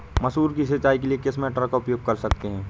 मसूर की सिंचाई के लिए किस मोटर का उपयोग कर सकते हैं?